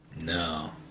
No